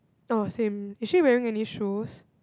oh same is she wearing any shoes